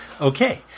Okay